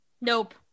Nope